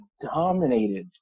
dominated